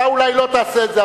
אתה אולי לא תעשה את זה,